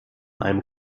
einem